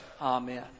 Amen